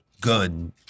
gun